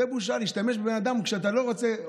זו בושה להשתמש בבן אדם כשאתה לא רוצה,